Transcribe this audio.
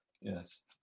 Yes